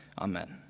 Amen